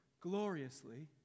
gloriously